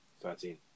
Thirteen